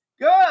Good